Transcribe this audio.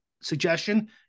suggestion